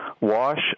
wash